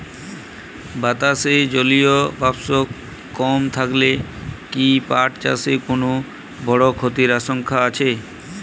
বাতাসে জলীয় বাষ্প কম থাকলে কি পাট চাষে কোনো বড় ক্ষতির আশঙ্কা আছে?